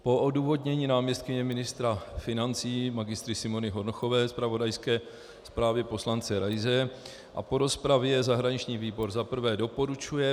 Po odůvodnění náměstkyně ministra financí Mgr. Simony Hornochové, zpravodajské zprávě poslance Raise a po rozpravě zahraniční výbor za prvé doporučuje